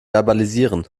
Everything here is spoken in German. verbalisieren